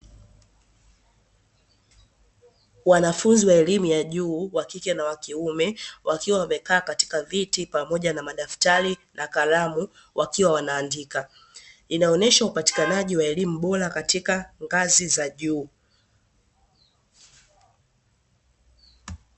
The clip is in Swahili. Wanafunzi wa elimu ya juu wakike na wakiume, wakiwa wamekaa katika viti pamoja na madaftari na kalamu wakiwa wanaandika, inaonyesha upatikanaji wa elimu bora katika ngazi za juu.